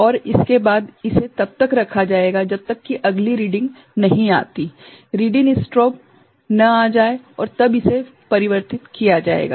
और इसके बाद इसे तब तक रखा जाएगा जब तक कि अगली रीडिंग नहीं आती रीड इन स्ट्रोब न आ जाए और तब इसे परिवर्तित किया जाएगा